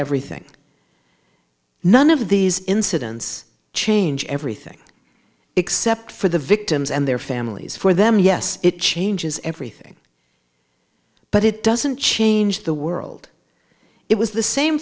everything none of these incidents change everything except for the victims and their families for them yes it changes everything but it doesn't change the world it was the same